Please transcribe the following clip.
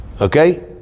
okay